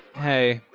hey.